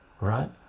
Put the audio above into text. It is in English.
right